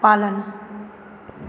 पालन